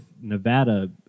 Nevada